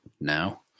now